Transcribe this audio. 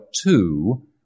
two